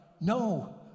no